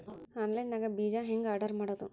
Online ದಾಗ ಬೇಜಾ ಹೆಂಗ್ ಆರ್ಡರ್ ಮಾಡೋದು?